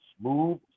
smooth